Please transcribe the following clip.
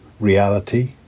Reality